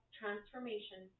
transformation